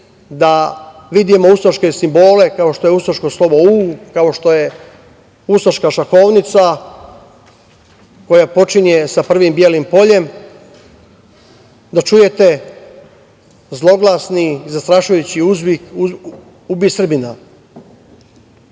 da vidimo ustaške simbole kao što je ustaško slovo "U", kao što je ustaška šahovnica koja počinje sa prvim belim poljem, da čujete zloglasni, zastrašujući uzvik "ubij